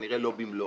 כנראה לא במלואו